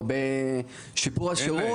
אין להם.